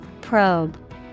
Probe